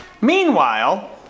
Meanwhile